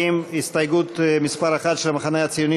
עמיר פרץ,